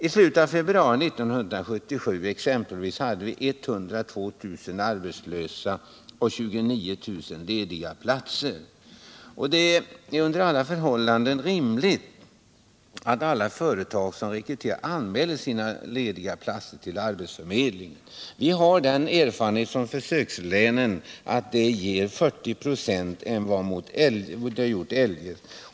I slutet av februari 1977 t.ex. hade vi 102 000 arbetslösa och 29 000 lediga platser. Under alla förhållanden är det rimligt att alla företag som rekryterar arbetskraft anmäler sina lediga platser till arbetsförmedlingen. Erfarenheterna från försökslänen visar att utbudet blir 40 96 högre än vad som eljest skulle ha blivit fallet.